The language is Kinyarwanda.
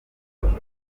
ingagi